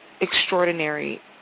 extraordinary